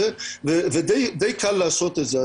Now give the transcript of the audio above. ודי קל לעשות את זה,